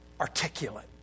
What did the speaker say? articulate